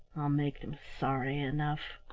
i'll make them sorry enough.